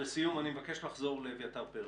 לסיום אני מבקש לחזור לאביתר פרץ.